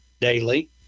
daily